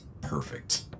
perfect